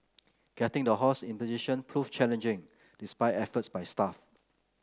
getting the horse in position prove challenging despite efforts by staff